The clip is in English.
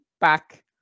back